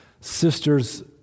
Sisters